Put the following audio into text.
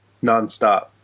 nonstop